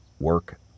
work